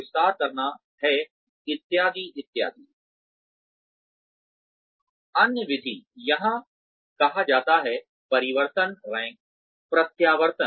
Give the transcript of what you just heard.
इत्यादि इत्यादि